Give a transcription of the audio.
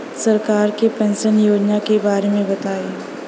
सरकार के पेंशन योजना के बारे में बताईं?